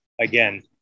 again